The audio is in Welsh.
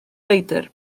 leidr